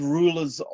rulers